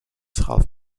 half